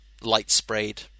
light-sprayed